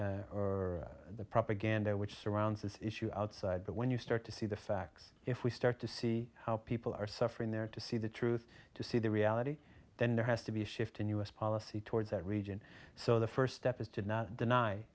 media or the propaganda which surrounds this issue outside but when you start to see the facts if we start to see how people are suffering there to see the truth to see the reality then there has to be a shift in u s policy towards that region so the first step is to not deny